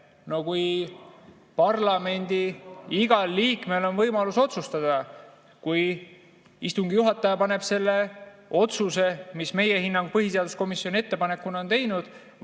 No parlamendi igal liikmel on võimalus otsustada. Kui istungi juhataja paneb selle otsuse, mis meie hinnangul põhiseaduskomisjoni ettepanekuna on tehtud,